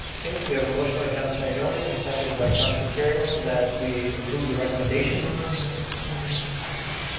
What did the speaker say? okay, we have a motion by councillor ioannoni and seconded by councillor kerrio that we approve the recommendation. and get the recommendation in on time.